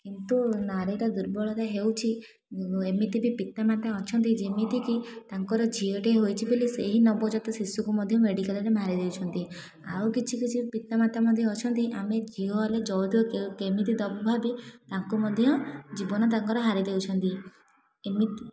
କିନ୍ତୁ ନାରୀର ଦୁର୍ବଳତା ହେଉଛି ଏମିତି ବି ପିତାମାତା ଅଛନ୍ତି ଯେମିତି କି ତାଙ୍କର ଝିଅଟିଏ ହୋଇଛି ବୋଲି ସେହି ନବଜାତ ଶିଶୁକୁ ମଧ୍ୟ ମେଡ଼ିକାଲରେ ମାରି ଦେଉଛନ୍ତି ଆଉ କିଛି କିଛି ପିତାମାତା ମଧ୍ୟ ଅଛନ୍ତି ଆମେ ଝିଅ ହେଲେ ଯୌତୁକ କେମିତି ଦେବୁ ଭାବି ତାଙ୍କୁ ମଧ୍ୟ ଜୀବନ ତାଙ୍କର ହାରି ଦେଉଛନ୍ତି ଏମିତି